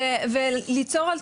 יש המון